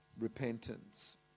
repentance